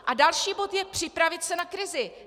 A další bod je připravit se na krizi.